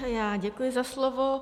Já děkuji za slovo.